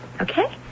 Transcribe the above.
Okay